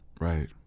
Right